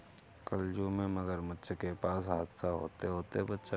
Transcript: कल जू में मगरमच्छ के पास हादसा होते होते बचा